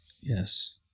Yes